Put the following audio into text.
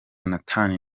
nathan